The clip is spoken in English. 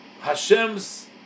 Hashem's